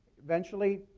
eventually,